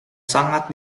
sangat